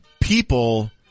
people